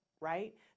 right